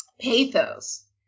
pathos